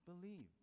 believe